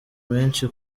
menshi